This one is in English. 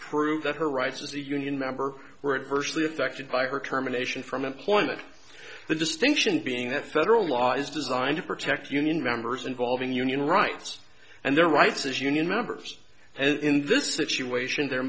prove that her rights as a union member were personally affected by her terminations from employment the distinction being that federal law is designed to protect union members involving union rights and their rights as union members and in this situation there